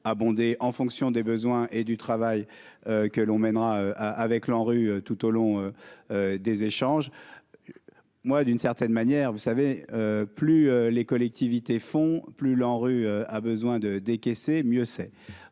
abondé en fonction des besoins et du travail que l'on mènera avec l'ANRU tout au long des échanges, moi, d'une certaine manière, vous savez. Plus les collectivités font plus l'ANRU a besoin de décaisser, mieux c'est,